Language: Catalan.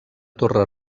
torre